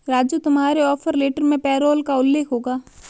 राजू तुम्हारे offer letter में payroll का उल्लेख होगा